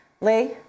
Lee